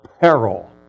peril